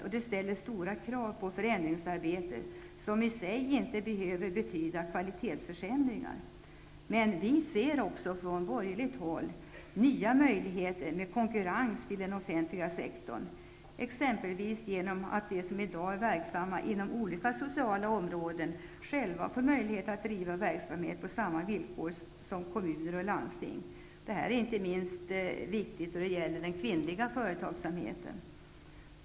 Stora krav ställs således på förändringsarbetet, som i sig inte behöver betyda kvalitetsförsämringar. Vi på borgerligt håll ser också nya möjligheter i och med att den offentliga sektorn får konkurrens. De som i dag är verksamma inom olika sociala områden exempelvis får själva möjlighet att driva verksamhet på samma villkor som kommuner och landsting. Det här är viktigt, inte minst för den kvinnliga företagsamheten.